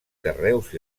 carreus